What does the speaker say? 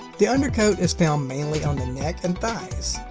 the undercoat is found mainly on the neck and thighs.